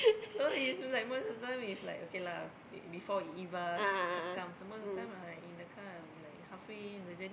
cause is like most of the time is like okay lah before Eva come comes semua time I I in the car I'm like halfway in the journey